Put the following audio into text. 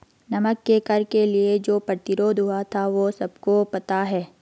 नमक के कर के लिए जो प्रतिरोध हुआ था वो सबको पता है